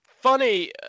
funny